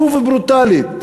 שוב, ברוטלית.